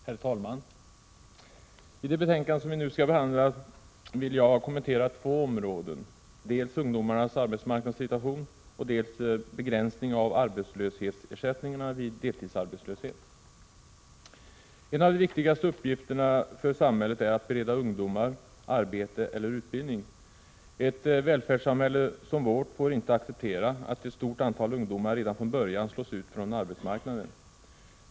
Herr talman! I det betänkande som vi nu skall behandla vill jag kommentera två områden, dels ungdomarnas arbetsmarknadssituation, dels begränsningen av arbetslöshetsersättningarna vid deltidsarbetslöshet. En av de viktigaste uppgifterna för samhället är att bereda ungdomar arbete eller utbildning. Ett välfärdssamhälle som vårt får inte acceptera att ett stort antal ungdomar redan från början slås ut från arbetsmarknaden.